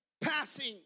passing